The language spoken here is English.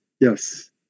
yes